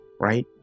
right